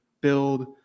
build